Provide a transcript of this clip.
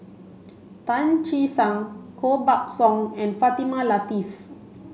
Tan Che Sang Koh Buck Song and Fatimah Lateef